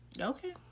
Okay